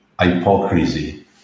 hypocrisy